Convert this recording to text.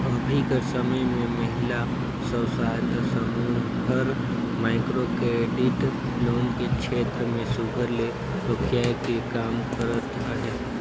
अभीं कर समे में महिला स्व सहायता समूह हर माइक्रो क्रेडिट लोन के छेत्र में सुग्घर ले रोखियाए के काम करत अहे